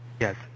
Yes